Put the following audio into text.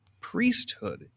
priesthood